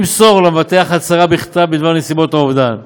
למסור למבטח הצהרה בכתב בדבר נסיבות האובדן,